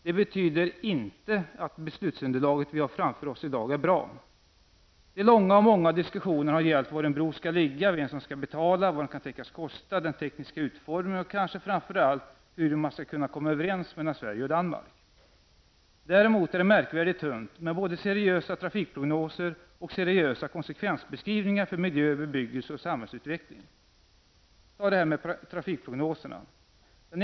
Det betyder inte att beslutsunderlaget vi har framför oss i dag är bra. De långa och många diskussionerna har gällt var en bro skall ligga, vem som skall betala den, vad den kan tänkas kosta, den tekniska utformningen och kanske framför allt hur man skall kunna komma överens mellan Sverige och Danmark. Däremot är det märkvärdigt tunt med både seriösa trafikprognoser och seriösa konsekvensbeskrivningar för miljö, bebyggelse och samhällsutveckling. Ta trafikprognoserna som exempel.